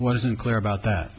wasn't clear about that